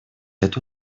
эту